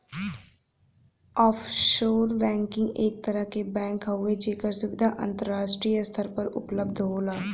offshore banking एक तरह क बैंक हउवे जेकर सुविधा अंतराष्ट्रीय स्तर पर उपलब्ध होला